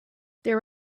their